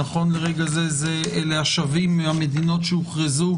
נכון לרגע זה אלה השבים ממדינות שהוכרזו